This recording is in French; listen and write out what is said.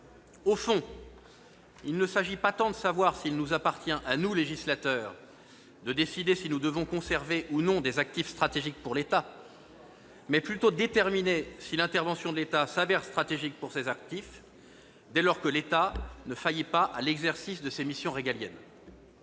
Au fond, il ne s'agit pas tant de savoir s'il nous appartient, à nous, législateurs, de décider si nous devons conserver ou non des actifs stratégiques pour l'État, que de déterminer si l'intervention de l'État se révèle stratégique pour ces actifs, dès lors que l'État ne faillit pas à l'exercice de ses missions régaliennes.